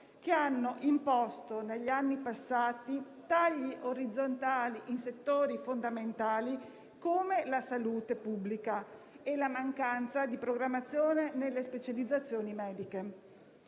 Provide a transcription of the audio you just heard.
che hanno imposto negli anni passati tagli orizzontali in settori fondamentali come la salute pubblica, e la mancanza di programmazione nelle specializzazioni mediche.